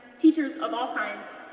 teachers of all kinds,